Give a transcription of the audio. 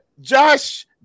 Josh